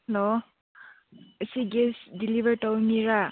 hello ꯑꯁꯤ gas deliver ꯇꯧꯕ ꯃꯤꯔꯥ